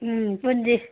ꯎꯝ ꯄꯨꯟꯁꯤ